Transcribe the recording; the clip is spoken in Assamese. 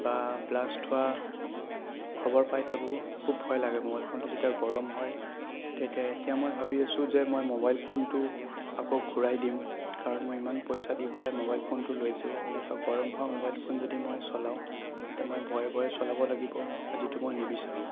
বা ব্লাষ্ট হোৱা খবৰ পাই থাকোঁ খুব ভয় লাগে মোবাইল ফোনটো যেতিয়া গৰম হয় এতিয়া এতিয়া মই ভাবি আছোঁ যে মই মোবাইল ফোনটো আকৌ ঘুৰাই দিম কাৰণ মই ইমান পইচা দি পেলাই মোবাইল ফোনটো লৈছোঁ এনেকুৱা গৰম হোৱা মোবাইল ফোন যদি মই চলাওঁ তেন্তে মই ভয়ে ভয়ে চলাব লাগিব যিটো মই নিবিচাৰোঁ